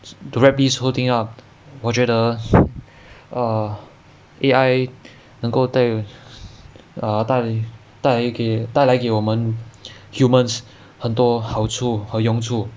to wrap this whole thing up up 我觉得 err A_I 能够带 err 带带给带来给我们 humans 很多好处和用处因此是一个